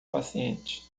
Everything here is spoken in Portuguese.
paciente